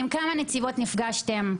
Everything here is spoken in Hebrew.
עם כמה נציבות נפגשתם?